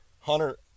Hunter